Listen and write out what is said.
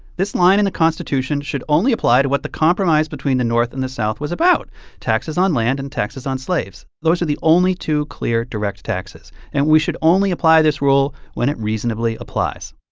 this line in the constitution should only apply to what the compromise between the north and the south was about taxes on land and taxes on slaves. those are the only two clear direct taxes. and we should only apply this rule when it reasonably applies